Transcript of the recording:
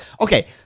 Okay